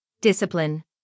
discipline